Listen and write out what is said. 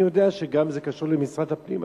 אני יודע שהנושא הזה קשור גם למשרד הפנים,